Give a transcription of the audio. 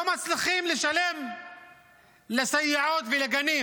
לא מצליחים לשלם לסייעות ולגנים.